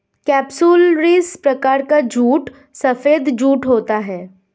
capsularis प्रकार का जूट सफेद जूट होता है